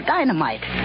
Dynamite